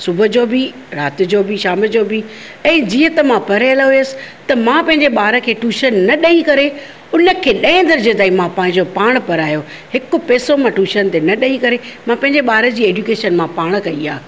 सुबुह जो बि राति जो बि शाम जो बि ऐं जीअं त मां पढ़ियल हुयसि त मां पंहिंजे ॿार खे टूशन न ॾेई करे उनखे ॾहें दर्जे ताईं मां पंहिंजो पाण पढ़ायो हिकु पेसो मां टूशन ते न ॾेई करे मां पंहिंजे ॿार जी एडुकेशन मां पाण कई आहे